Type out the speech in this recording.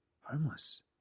Homeless